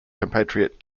compatriot